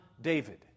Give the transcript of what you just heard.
David